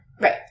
Right